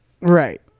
Right